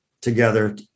together